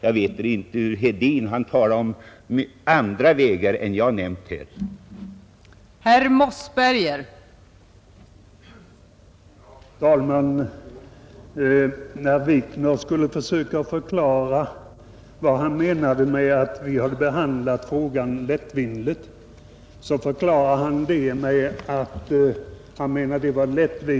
Herr Hedin talade om andra vägar än de som jag har nämnt.